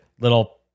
little